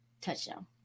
Touchdown